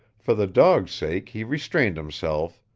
for the dog's sake he restrained himself,